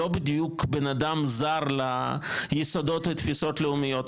הוא לא בדיוק בן-אדם זר ליסודות ותפיסות לאומיות,